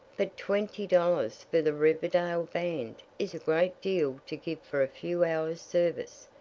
but twenty dollars for the riverdale band is a great deal to give for a few hours' service.